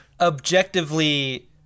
objectively